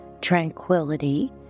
tranquility